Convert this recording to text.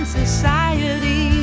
society